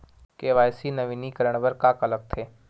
KYC नवीनीकरण बर का का लगथे?